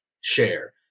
share